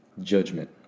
Judgment